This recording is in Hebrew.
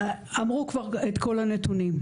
אמרו כבר את כל הנתונים.